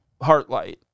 Heartlight